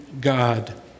God